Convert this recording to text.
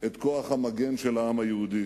את כוח המגן של העם היהודי.